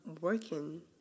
working